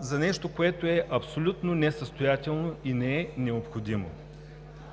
за нещо, което е абсолютно несъстоятелно и не е необходимо.